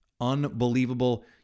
Unbelievable